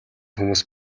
хүмүүс